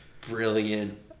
brilliant